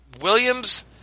Williams